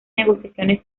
negociaciones